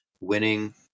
winning